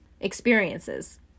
experiences